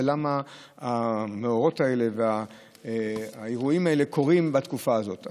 למה האירועים האלה קורים בתקופה הזאת?